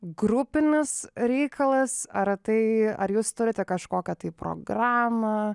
grupinis reikalas ar tai ar jūs turite kažkokią tai programą